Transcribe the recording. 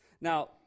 Now